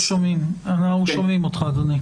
אדוני.